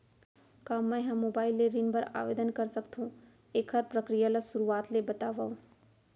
का मैं ह मोबाइल ले ऋण बर आवेदन कर सकथो, एखर प्रक्रिया ला शुरुआत ले बतावव?